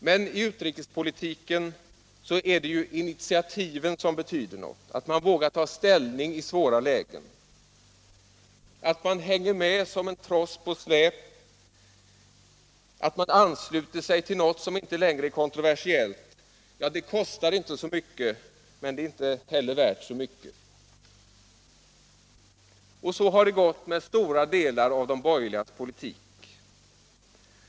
Men i utrikespolitiken är det ju initiativen som betyder något — att man vågar ta ställning i svåra lägen. Att man hänger med som en tross på släp, att man ansluter sig till något som inte längre är kontroversiellt kostar inte så mycket, men det är inte heller värt så mycket. Så har det gått med stora delar av de borgerligas politik.